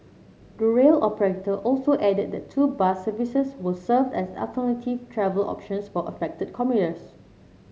the rail operator also added that two bus services will serve as alternative travel options for affected commuters